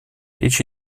речь